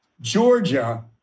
georgia